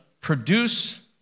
produce